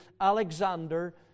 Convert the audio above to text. Alexander